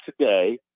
today